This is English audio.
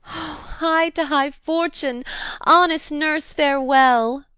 hie to high fortune honest nurse, farewell.